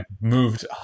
moved